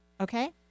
Okay